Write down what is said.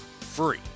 free